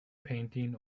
painting